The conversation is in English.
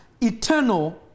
eternal